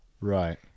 right